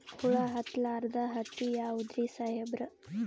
ಹುಳ ಹತ್ತಲಾರ್ದ ಹತ್ತಿ ಯಾವುದ್ರಿ ಸಾಹೇಬರ?